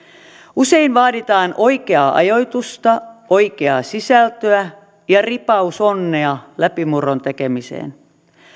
usein vaaditaan oikeaa ajoitusta oikeaa sisältöä ja ripaus onnea läpimurron tekemiseen